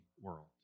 world